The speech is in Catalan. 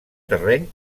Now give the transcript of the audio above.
terreny